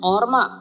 Orma